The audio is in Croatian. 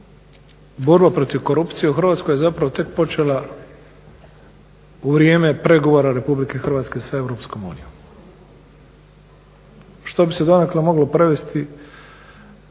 borba protiv korupcije u Hrvatskoj je zapravo tek počela u vrijeme pregovora Republike Hrvatske sa Europskom unijom što bi se dakle moglo prevesti